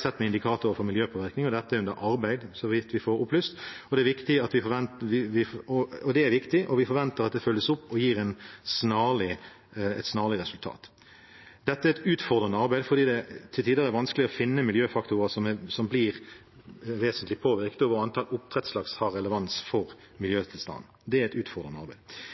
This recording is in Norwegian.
sett med indikatorer for miljøpåvirkning, og dette er under arbeid, så vidt vi får opplyst, og det er viktig. Vi forventer at det følges opp og gir et snarlig resultat. Dette er et utfordrende arbeid fordi det til tider er vanskelig å finne miljøfaktorer som blir vesentlig påvirket, og hvor antall oppdrettslaks har relevans for miljøtilstanden. Det er et utfordrende arbeid.